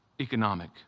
economic